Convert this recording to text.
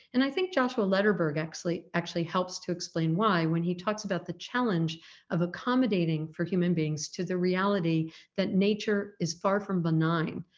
and i think joshua lederberg actually actually helps to explain why when he talks about the challenge of accommodating for human beings to the reality that nature is far from benign,